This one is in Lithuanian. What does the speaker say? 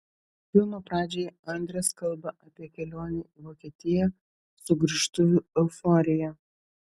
filmo pradžioje andres kalba apie kelionę į vokietiją sugrįžtuvių euforiją